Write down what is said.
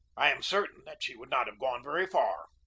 i am certain that she would not have gone very far.